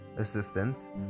assistance